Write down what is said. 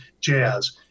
Jazz